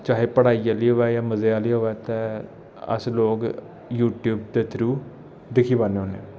चाहे पढ़ाई आह्ली होऐ जां मजे आह्ली होऐ ते अस लोग यूट्यूब दे थ्रू दिक्खी पान्ने होन्ने